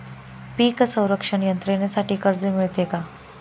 पीक संरक्षण यंत्रणेसाठी कर्ज मिळते का?